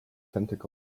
tentacles